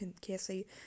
Casey